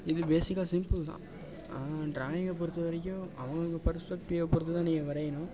இது பேசிக்காக சிம்பிள் தான் ஆனால் ட்ராயிங்கை பொறுத்தவரைக்கும் அவங்கவங்க பெர்ஸ்பெக்ட்டிவை பொறுத்து தான் நீங்கள் வரையணும்